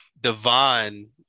Devon